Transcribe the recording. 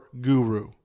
guru